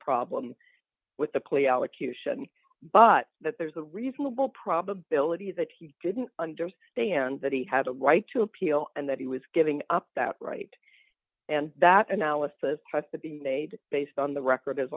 allocution but that there's a reasonable probability that he didn't understand that he had a right to appeal and that he was giving up that right and that analysis has to be made based on the record as